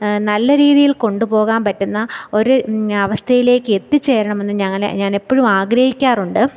നല്ല രീതിയിൽ കൊണ്ടുപോകാൻ പറ്റുന്ന ഒരു അവസ്ഥയിലേക്ക് എത്തിച്ചേരണമെന്ന് ഞാൻ ഞാൻ എപ്പോഴും ആഗ്രഹിക്കാറുണ്ട്